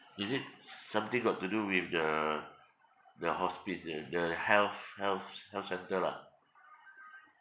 is it something got to do with the the hospice the the health health health centre lah